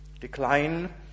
Decline